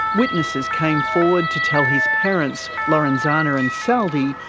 witnesses came forward to tell his parents, lorenzana and saldy,